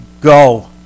go